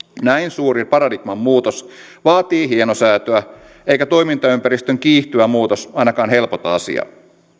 näin suuri paradigman muutos vaatii hienosäätöä eikä toimintaympäristön kiihtyvä muutos ainakaan helpota asiaa